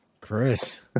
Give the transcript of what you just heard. Chris